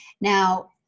Now